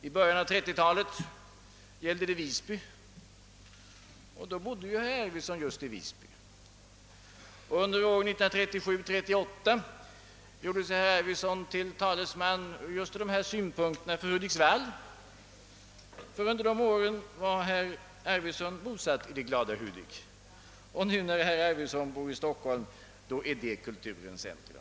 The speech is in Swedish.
I början av 1930-talet gällde det Visby och då bodde ju herr Arvidson just i Visby, under åren 1937— 1948 gjorde sig herr Arvidson från just de här synpunkterna till talesman för Hudiksvall, ty under dessa år var herr Arvidson bosatt i det glada Hudik, och nu, när herr Arvidson bor i Stockholm, är den staden kulturens centrum.